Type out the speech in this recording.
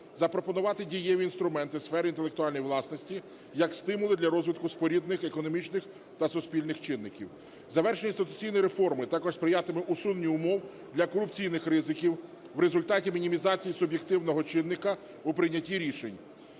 запропонувати дієві інструменти сфери інтелектуальної власності як стимули для розвитку споріднених економічних та суспільних чинників. Завершення інституційної реформи також сприятиме усуненню умов для корупційних ризиків в результаті мінімізації суб'єктивного чинника у прийнятті рішень: